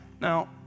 Now